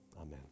Amen